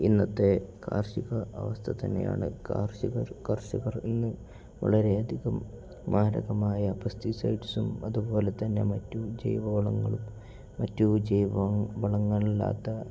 ഇന്നത്തെ കാർഷിക അവസ്ഥ തന്നെയാണ് കാർഷികർ കർഷകർ ഇന്നു വളരെയധികം മാരകമായ പെസ്റ്റിസൈഡ്സും അതുപോലെ തന്നെ മറ്റു ജൈവവളങ്ങളും മറ്റു ജൈവ വളങ്ങളല്ലാത്ത